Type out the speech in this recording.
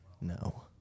No